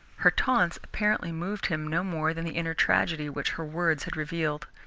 her taunts apparently moved him no more than the inner tragedy which her words had revealed.